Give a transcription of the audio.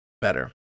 better